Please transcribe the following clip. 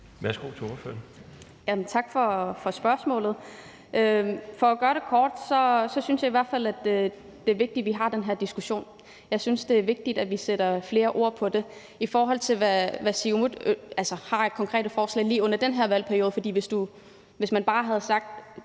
(SIU): Tak for spørgsmålet. For at gøre det kort vil jeg sige, at jeg i hvert fald synes, det er vigtigt, at vi har den her diskussion. Jeg synes, det er vigtigt, at vi sætter flere ord på det. I forhold til hvad Siumut har af konkrete forslag lige i den her valgperiode, vil jeg sige, at